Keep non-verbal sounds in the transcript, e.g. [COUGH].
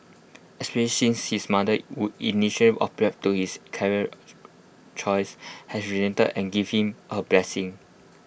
especially since his mother who initia [UNINTELLIGIBLE] to his career [UNINTELLIGIBLE] choice has relented and give him A blessings